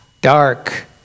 dark